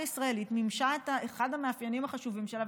הישראלית מימשה את אחד המאפיינים החשובים שלה,